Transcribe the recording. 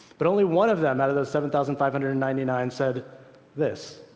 but only one of them out of the seven thousand five hundred and ninety nine said this.